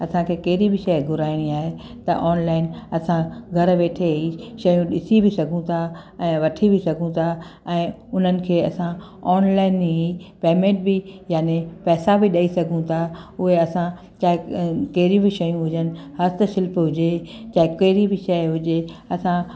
असांखे कहिड़ी बि शइ घुराइणी आहे त ऑनलाइन असां घरु वेठे ई शयूं ॾिसी बि सघूं था ऐं वठी बि सघूं था ऐं उन्हनि खे असां ऑनलाइन ई पेमेंट बि याने पैसा बि ॾेई सघूं था उहे असां चाहे कहिड़ी बि शयूं हुजनि हस्त शिल्प हुजे चाहे कहिड़ी बि शइ हुजे असां